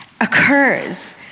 occurs